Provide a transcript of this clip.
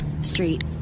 Street